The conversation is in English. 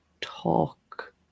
talk